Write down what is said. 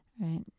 right